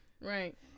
right